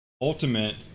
ultimate